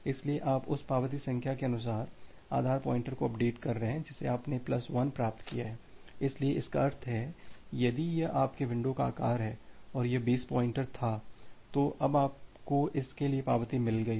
इसलिए आप उस पावती संख्या के अनुसार आधार पॉइंटर को अपडेट कर रहे हैं जिसे आपने प्लस 1 प्राप्त किया है इसलिए इसका अर्थ है यदि यह आपके विंडो का आकार है और यह बेस पॉइंटर था तो अब आपको इसके लिए पावती मिल गई है